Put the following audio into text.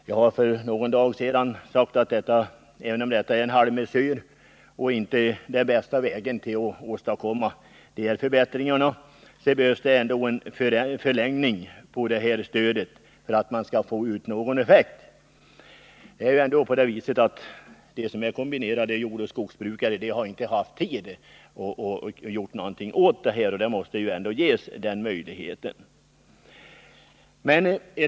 Jag har för någon dag sedan sagt att även om detta är en halvmesyr och inte den bästa vägen att åstadkomma förbättringar så behövs det ändå en förlängning av det här stödet för att få ut någon effekt. De som är kombinerade jordoch skogsbrukare har faktiskt inte haft tid att göra någonting åt detta på grund av skördetid m.m., och den möjligheten måste ändå ges.